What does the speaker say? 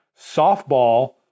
softball